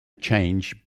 change